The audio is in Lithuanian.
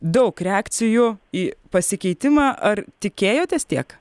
daug reakcijų į pasikeitimą ar tikėjotės tiek